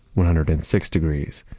one hundred and six degrees.